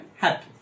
happy